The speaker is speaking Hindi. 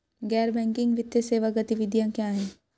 गैर बैंकिंग वित्तीय सेवा गतिविधियाँ क्या हैं?